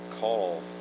call